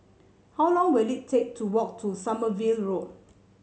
how long will it take to walk to Sommerville Road